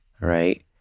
right